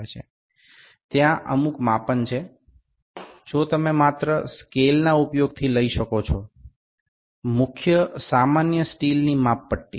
কিছু সাধারণ পরিমাপ রয়েছে যা আমরা কেবল স্কেল ব্যবহার করেই করতে পারি প্রধানত সাধারণ ইস্পাতের স্কেলের সাহায্যেই